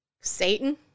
Satan